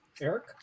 eric